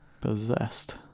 Possessed